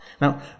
Now